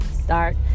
start